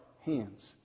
hands